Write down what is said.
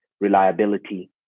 reliability